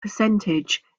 percentage